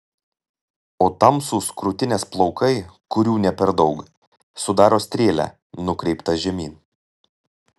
o tamsūs krūtinės plaukai kurių ne per daug sudaro strėlę nukreiptą žemyn